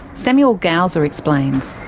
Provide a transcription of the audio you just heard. samuel gausa explains.